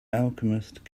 alchemist